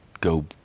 go